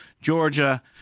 Georgia